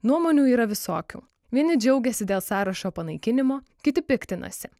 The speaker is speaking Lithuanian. nuomonių yra visokių vieni džiaugiasi dėl sąrašo panaikinimo kiti piktinasi